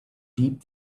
deep